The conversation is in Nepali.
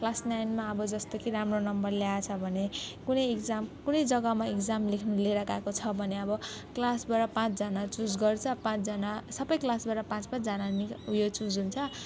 क्लास नाइनमा अब जस्तो कि राम्रो नम्बर ल्याएको छ भने कुनै एक्जाम कुनै जग्गामा एक्जाम लेख्नु लिएर गएको छ भने अब क्लासबाट पाँचजना चुज गर्छ पाँचजना सबै क्लासबाट पाँच पाँचजना मिल्यो उयो चुज हुन्छ